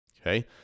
okay